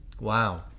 Wow